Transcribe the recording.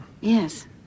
Yes